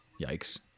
Yikes